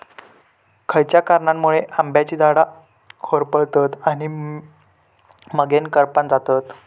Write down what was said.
खयच्या कारणांमुळे आम्याची झाडा होरपळतत आणि मगेन करपान जातत?